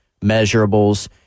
measurables